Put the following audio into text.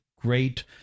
great